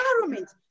environment